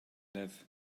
live